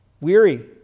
weary